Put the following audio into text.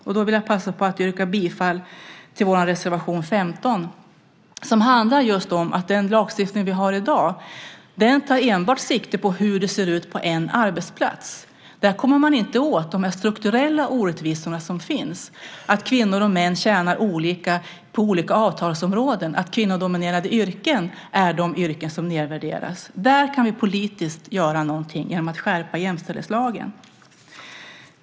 Och då vill jag passa på att yrka bifall till vår reservation 15 som handlar just om att den lagstiftning vi har i dag enbart tar sikte på hur det ser ut på en arbetsplats. Där kommer man inte åt de strukturella orättvisor som finns, nämligen att kvinnor och män tjänar olika på olika avtalsområden och att kvinnodominerade yrken nedvärderas. Där kan vi politiskt göra någonting genom att skärpa jämställdhetslagen.